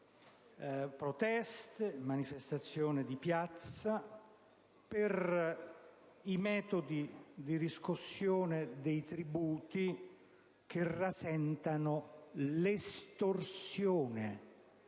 proteste e manifestazioni di piazza per i metodi di riscossione dei tributi che rasentano l'estorsione